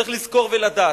צריך לזכור ולדעת,